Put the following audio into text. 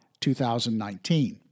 2019